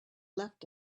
left